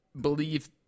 believe